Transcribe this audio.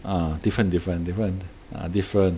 ah different different different uh different